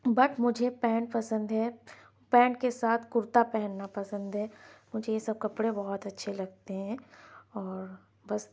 but مجھے pant پسند ہے پینٹ کے ساتھ کرتا پہننا پسند ہے مجھے یہ سب کپڑے بہت اچھے لگتے ہیں اور بس